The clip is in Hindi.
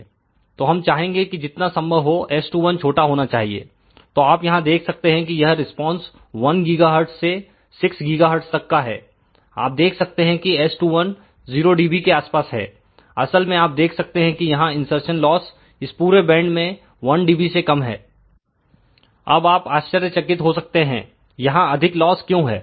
तो हम चाहेंगे कि जितना संभव हो S21 छोटा होना चाहिए तो आप यहां देख सकते हैं कि यह रिस्पांस 1 GHz से 6 GHz तक का है आप देख सकते हैं कि S21 0 dB के आसपास है असल में आप देख सकते हैं कि यहां इनसरसन लॉस इस पूरे बैंड में 1 dB से कम है अब आप आश्चर्यचकित हो सकते हैं यहां अधिक लॉस क्यों है